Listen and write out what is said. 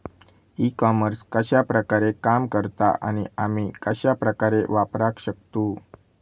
E commerce कश्या प्रकारे काम करता आणि आमी कश्या प्रकारे वापराक शकतू?